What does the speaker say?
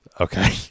Okay